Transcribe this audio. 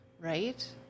Right